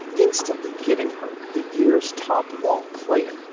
instantly giving her the year's top long player,